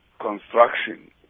construction